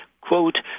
quote